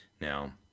Now